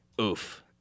oof